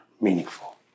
meaningful